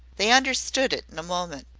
they understood it in a moment.